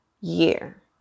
year